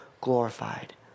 glorified